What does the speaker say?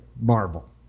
Marvel